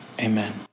Amen